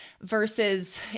versus